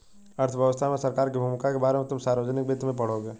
अर्थव्यवस्था में सरकार की भूमिका के बारे में तुम सार्वजनिक वित्त में पढ़ोगे